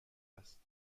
است